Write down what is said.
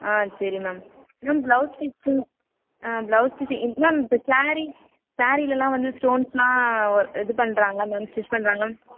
ஆ சரி ma'am ma'am blouse stitching ஆ blouse stitching ma'am இப்போ சாரீ சாரீலெலாம் வந்து ஸ்டோன்ஸ்லாம் இது பண்ணுறாங்கள்ல மேம் ஸ்டிச் பண்ணுறாங்க மேம்